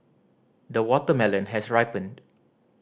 the watermelon has ripened